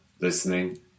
listening